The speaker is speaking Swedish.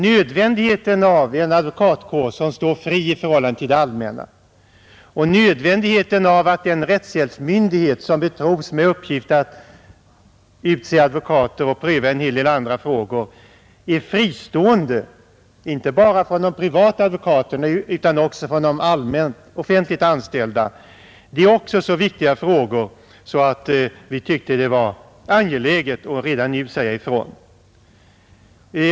Nödvändigheten av en advokatkår som står fri i förhållande till det allmänna och nödvändigheten av att den rättshjälpsmyndighet som betros med uppgiften att utse advokater och pröva en hel del andra frågor är fristående, inte bara från de privata advokaterna utan också från de offentligt anställda, är även så viktiga frågor att vi tyckte det var angeläget att redan nu säga ifrån.